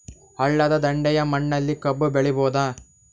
ಹಳ್ಳದ ದಂಡೆಯ ಮಣ್ಣಲ್ಲಿ ಕಬ್ಬು ಬೆಳಿಬೋದ?